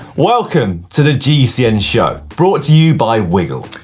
welcome to the gcn show, brought to you by wiggle.